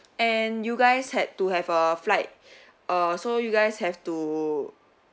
and you guys had to have a flight err so you guys have to